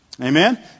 Amen